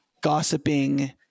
gossiping